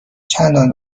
چندان